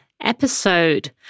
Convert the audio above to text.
episode